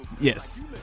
Yes